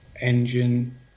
engine